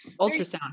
ultrasound